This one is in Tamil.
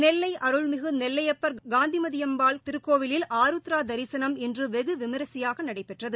நெல்லை அருள்மிகு நெல்லையப்பர் காந்திமதியம்பாள் திருக்கோவிலில் ஆருத்ரா திசனம் இன்று வெகு விமரிசையாக நடைபெற்றது